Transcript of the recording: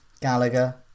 Gallagher